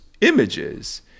images